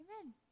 amen